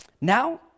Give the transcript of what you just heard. Now